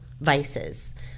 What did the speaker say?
vices